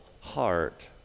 heart